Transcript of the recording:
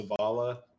savala